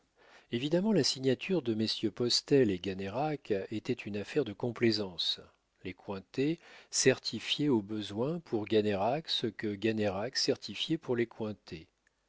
évidemment la signature de messieurs postel et gannerac était une affaire de complaisance les cointet certifiaient au besoin pour gannerac ce que gannerac certifiait pour les cointet